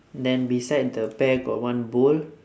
then beside the pear got one bowl